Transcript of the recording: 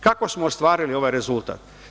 Kako smo ostvarili ovaj rezultat?